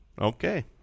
Okay